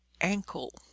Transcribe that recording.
ankle